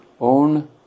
own